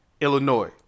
Illinois